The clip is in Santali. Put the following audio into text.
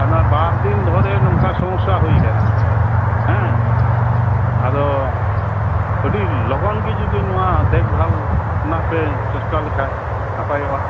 ᱚᱱᱟ ᱵᱟᱨ ᱫᱤᱱ ᱫᱷᱚᱨᱮ ᱱᱚᱝᱠᱟ ᱥᱚᱢᱳᱥᱟ ᱦᱩᱭ ᱟᱠᱟᱱᱟ ᱦᱮᱸ ᱟᱫᱚ ᱟᱹᱰᱤ ᱞᱚᱜᱚᱱ ᱜᱮ ᱡᱩᱫᱚ ᱱᱚᱣᱟ ᱫᱮᱠᱵᱷᱟᱞ ᱨᱮᱱᱟᱜ ᱯᱮ ᱪᱮᱥᱴᱟ ᱞᱮᱠᱷᱟᱡ ᱱᱟᱯᱟᱭᱚᱜᱼᱟ